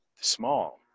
small